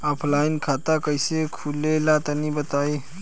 Offline खाता कइसे खुले ला तनि बताई?